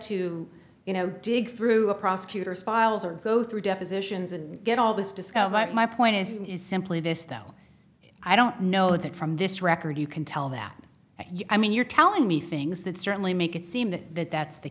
to you know dig through a prosecutor's files or go through depositions and get all this disco but my point is simply this though i don't know that from this record you can tell that i mean you're telling me things that certainly make it seem that that's th